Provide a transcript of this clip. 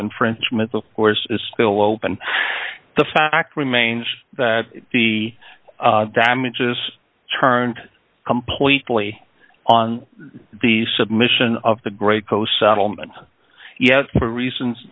infringement of course is still open the fact remains that the damages turned completely on the submission of the great post settlement yet for reasons